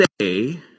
say